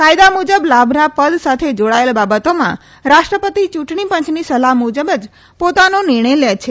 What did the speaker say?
કાયદા મુજબ લાભના પદ સાથે જોડાયેલ બાબતોમાં રાષ્ટ્રપત ચૂંટણી પંચની સલાહ મુજબ જ પોતાનો નિર્ણય લે છ